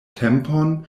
tempon